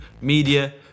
media